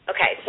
Okay